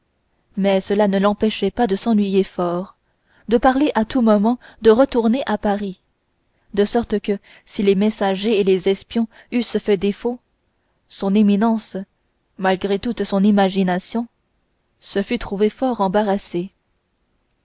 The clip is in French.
mais cela ne l'empêchait pas de s'ennuyer fort de parler à tout moment de retourner à paris de sorte que si les messagers et les espions eussent fait défaut son éminence malgré toute son imagination se fût trouvée fort embarrassée